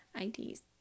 IDs